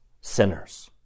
sinners